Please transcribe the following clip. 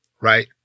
right